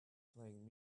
playing